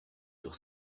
sur